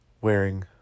wearing